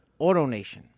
AutoNation